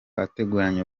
ateguranye